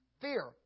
Fear